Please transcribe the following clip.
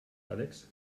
alex